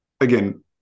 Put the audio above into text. again